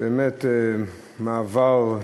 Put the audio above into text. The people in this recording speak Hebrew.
באמת, מעבר.